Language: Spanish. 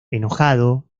enojado